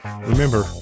Remember